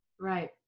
Right